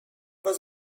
was